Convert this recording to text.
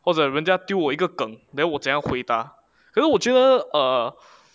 或者人家丢我一个颈 then 我怎么回答可是我觉得 err